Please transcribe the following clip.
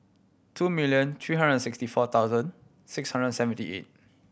two million three hundred and sixty four thousand six hundred and seventy eight